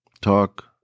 talk